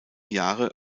jahre